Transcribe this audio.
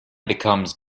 becomes